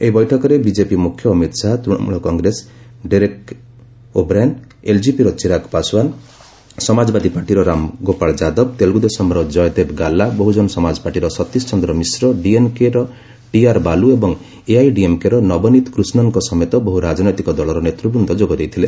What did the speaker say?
ଏହି ବୈଠକରେ ବିଜେପି ମୁଖ୍ୟ ଅମିତ ଶାହା ତୃଶମୂଳ କଂଗ୍ରେସ ଡେରେକ୍ ଓବ୍ରାଏନ୍ ଏଲଜେପିର ଚିରାଗ୍ ପାଶଓ୍ୱାନ୍ ସମାଜବାଦୀ ପାର୍ଟିର ରାମଗୋପାଳ ଯାଦବ ତେଲୁଗୁଦେଶମ୍ର ଜୟଦେବ ଗାଲ୍ଲା ବହୁଜନ ସମାଜପାର୍ଟିର ସତୀଶଚନ୍ଦ୍ର ମିଶ୍ର ଡିଏନ୍କେ ଟିଆର ବାଲୁ ଏବଂ ଏଆଇଏଡିଏମ୍କେର ନବନୀତ କୃଷ୍ଣନ୍ଙ୍କ ସମେତ ବହ୍ର ରାଜନୈତିକ ଦଳର ନେତ୍ରବୃନ୍ଦ ଯୋଗଦେଇଥିଲେ